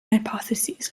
hypotheses